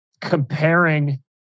comparing